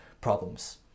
problems